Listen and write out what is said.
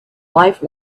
life